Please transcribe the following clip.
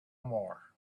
more